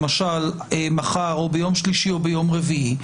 למשל מחר או ביום שלישי או ביום רביעי,